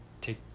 take